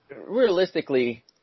realistically